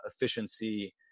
efficiency